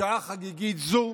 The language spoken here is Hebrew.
בשעה חגיגית זו